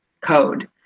code